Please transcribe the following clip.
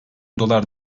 dolar